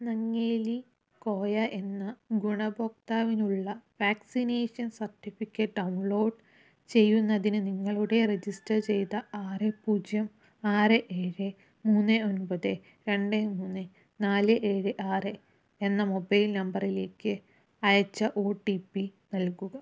നങ്ങേലി കോയ എന്ന ഗുണഭോക്താവിനുള്ള vaccination certificate download ചെയ്യുന്നതിന് നിങ്ങളുടെ രജിസ്റ്റർ ചെയ്ത ആറ് പൂജ്യം ആറ് ഏഴ് മൂന്ന് ഒൻപത് രണ്ട് മൂന്ന് നാല് ഏഴ് ആറ് എന്ന മൊബൈൽ നമ്പറിലേക്ക് അയച്ച ഒ ടി പി നൽകുക